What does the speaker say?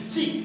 See